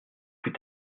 plus